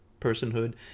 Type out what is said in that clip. personhood